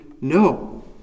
no